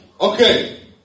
okay